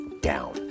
down